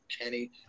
Kenny